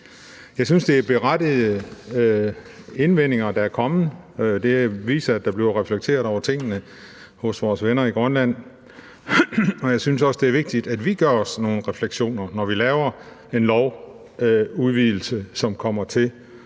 Jeg synes, det er berettigede indvendinger, der er kommet. Det viser, at der bliver reflekteret over tingene hos vores venner i Grønland, og jeg synes også, det er vigtigt, at vi gør os nogle refleksioner, når vi laver en lovudvidelse, som kommer til